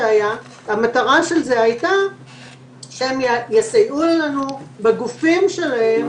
המטרה הייתה שהם יסייעו לנו בגופים שלהם,